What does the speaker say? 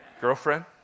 Girlfriend